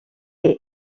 est